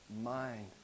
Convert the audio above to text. mind